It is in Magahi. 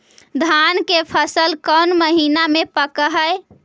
धान के फसल कौन महिना मे पक हैं?